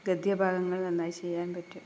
ഗദ്യഭാഗങ്ങള് നന്നായി ചെയ്യാൻ പറ്റും